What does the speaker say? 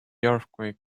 earthquake